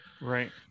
right